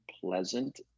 pleasant